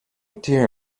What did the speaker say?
dear